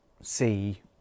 see